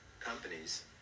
companies